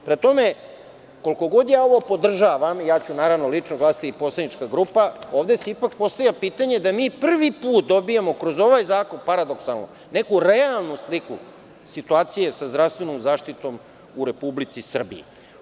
Prema tome, koliko god ja ovo podržavam, ja ću naravno lično glasati i poslanička grupa, ovde se ipak postavlja pitanje da mi priv put dobijamo kroz ovaj zakon, paradoksalno, neku realnu sliku situacije sa zdravstvenom zaštitom u Republici Srbiji.